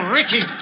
Ricky